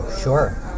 sure